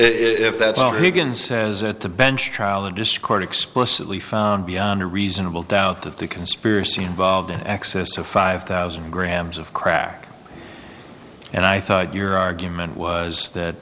if that's all he can says at the bench trial and discord explicitly found beyond a reasonable doubt that the conspiracy involved in excess of five thousand grams of crack and i thought your argument was that